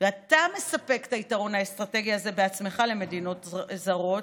ואתה מספק את היתרון האסטרטגי הזה בעצמך למדינות זרות.